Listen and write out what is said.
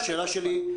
לך?